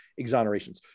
exonerations